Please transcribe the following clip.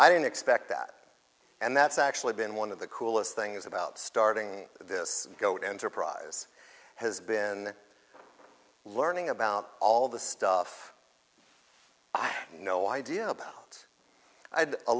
i didn't expect that and that's actually been one of the coolest things about starting this goat enterprise has been learning about all the stuff i've no idea about i